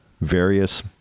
various